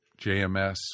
JMS